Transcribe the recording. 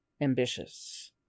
ambitious